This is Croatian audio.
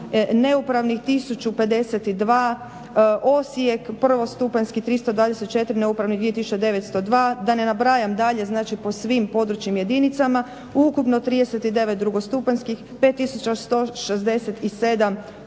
neupravnih 1052, Osijek prvostupanjski 324, neupravni 2902 da ne nabrajam dalje znači po svim područnim jedinicama. Ukupno 39 drugostupanjskih, 5167